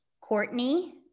Courtney